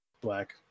black